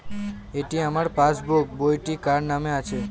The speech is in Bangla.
এটি আমার পাসবুক বইটি কার নামে আছে?